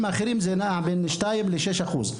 האחרים זה נע בין שניים לשישה אחוזים,